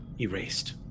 erased